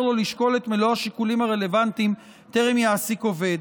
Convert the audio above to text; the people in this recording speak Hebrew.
לו לשקול את מלוא השיקולים הרלוונטיים טרם יעסיק עובד.